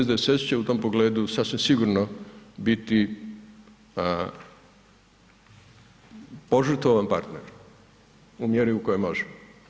SDSS će u tom pogledu sasvim sigurno biti požrtvovan partner u mjeri u kojoj može.